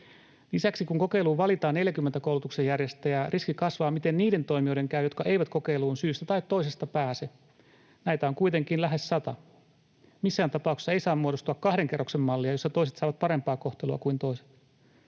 Lisäksi kun kokeiluun valitaan 40 koulutuksen järjestäjää, kasvaa riski, miten niiden toimijoiden käy, jotka eivät kokeiluun syystä tai toisesta pääse. Näitä on kuitenkin lähes sata. Missään tapauksessa ei saa muodostua kahden kerroksen mallia, jossa toiset saavat parempaa kohtelua kuin toiset.